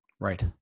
Right